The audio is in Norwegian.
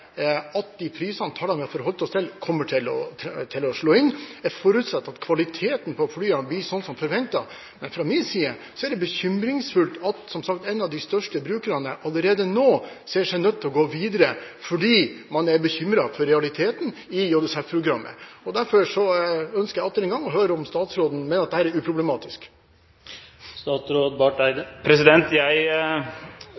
at de prisene, tallene vi har forholdt oss til, kommer til å slå inn. Jeg forutsetter at kvaliteten på flyene blir slik som forventet. Men fra min side er det som sagt bekymringsfullt at en av de største brukerne allerede nå ser seg nødt til å gå videre, fordi man er bekymret for realiteten i JSF-programmet. Derfor ønsker jeg atter en gang å høre om statsråden mener at dette er uproblematisk.